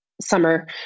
summer